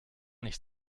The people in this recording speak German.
nicht